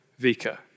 Vika